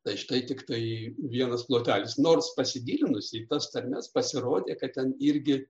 tai štai tiktai vienas plotelis nors pasigilinus į tas tarmes pasirodė kad ten irgi